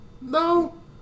No